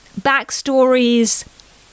backstories